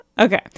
Okay